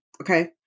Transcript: Okay